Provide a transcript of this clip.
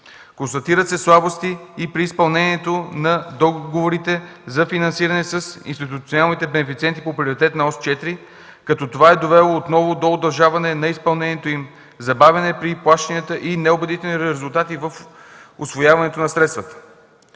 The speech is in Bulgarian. Констатират се слабости и при изпълнението на договорите за финансиране с институционалните бенефициенти по Приоритетна ос 4, като това е довело отново до удължаване на изпълнението им, забавяне при плащанията и неубедителни резултати в усвояването на средствата.